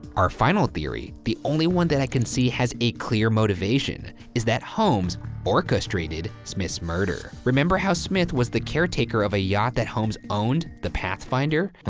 our final theory, the only one that i can see has a clear motivation is that holmes orchestrated smith's murder. remember how smith was the caretaker of a yacht that holmes owned, the pathfinder? ah